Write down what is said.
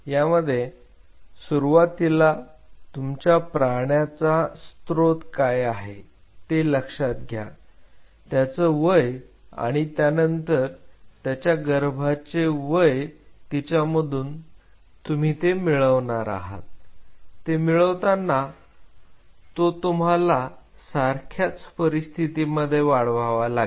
त्यामध्ये सुरुवातीला तुमच्या प्राण्याचा स्त्रोत काय आहे ते लक्षात घ्या त्याचं वय आणि त्यानंतर त्याच्या गर्भाचे वय तिच्यामधून तुम्ही ते मिळवणार आहात ते मिळवताना तो तुम्हाला सारख्याच परिस्थितीमध्ये वाढवावा लागेल